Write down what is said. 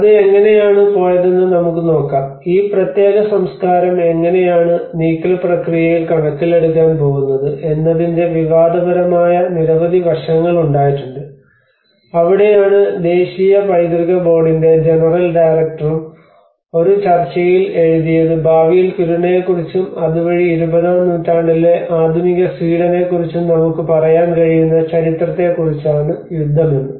അത് എങ്ങനെയാണ് പോയതെന്ന് നമുക്ക് നോക്കാം ഈ പ്രത്യേക സംസ്കാരം എങ്ങനെയാണ് നീക്കൽ പ്രക്രിയയിൽ കണക്കിലെടുക്കാൻ പോകുന്നത് എന്നതിന്റെ വിവാദപരമായ നിരവധി വശങ്ങൾ ഉണ്ടായിട്ടുണ്ട് അവിടെയാണ് ദേശീയ പൈതൃക ബോർഡിന്റെ ജനറൽ ഡയറക്ടറും ഒരു ചർച്ചയിൽ എഴുതിയത് ഭാവിയിൽ കിരുണയെക്കുറിച്ചും അതുവഴി ഇരുപതാം നൂറ്റാണ്ടിലെ ആധുനിക സ്വീഡനെക്കുറിച്ചും നമുക്ക് പറയാൻ കഴിയുന്ന ചരിത്രത്തെക്കുറിച്ചാണ് യുദ്ധമെന്ന്